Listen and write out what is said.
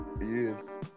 Yes